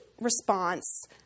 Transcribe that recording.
response